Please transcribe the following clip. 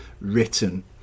written